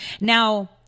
Now